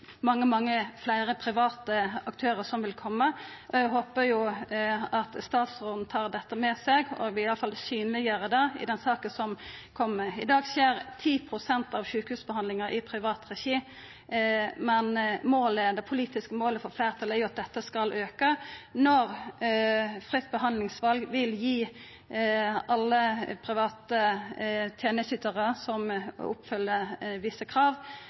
mange, mange fleire private aktørar som vil koma. Eg håpar at statsråden tar dette med seg og iallfall vil synleggjera det i den saka som kjem. I dag skjer 10 pst. av sjukehusbehandlinga i privat regi, men det politiske målet for fleirtalet er at dette skal auka når fritt behandlingsval vil gi alle private tenesteytarar som oppfyller visse krav,